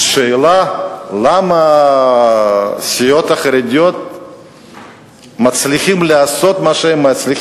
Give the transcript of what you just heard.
שאלה: למה הסיעות החרדיות מצליחות לעשות מה שהן מצליחות?